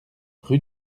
rue